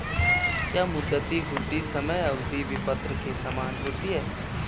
क्या मुद्दती हुंडी समय अवधि विपत्र के समान होती है?